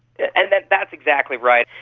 and that's that's exactly right.